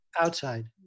outside